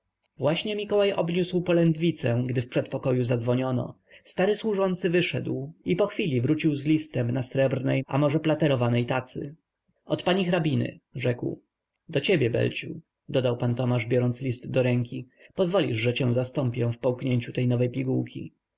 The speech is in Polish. właśnie mikołaj obniósł polędwicę gdy w przedpokoju zadzwoniono stary służący wyszedł i pochwili wrócił z listem na srebrnej a może platerowanej tacy od pani hrabiny rzekł do ciebie belu dodał pan tomasz biorąc list do ręki pozwolisz że cię zastąpię w połknięciu tej nowej pigułki